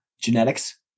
genetics